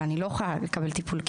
אבל אני לא יכולה לקבל טיפול,